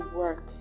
work